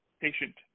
patient